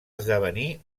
esdevenir